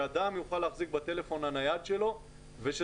אדם יוכל להחזיק בטלפון הנייד שלו וזה